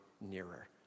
nearer